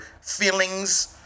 feelings